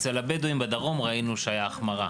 אצל הבדואים בדרום ראינו שהייתה החמרה.